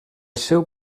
seu